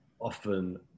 often